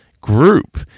group